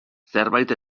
zerbait